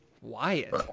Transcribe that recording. Wyatt